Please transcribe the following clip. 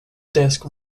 disc